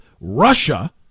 Russia